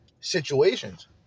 situations